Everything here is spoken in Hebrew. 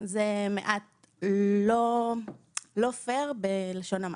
זה מעט לא פייר בלשון המעטה.